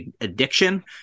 addiction